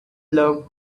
love